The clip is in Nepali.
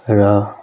र